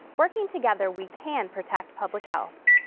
working together, we can protect public health.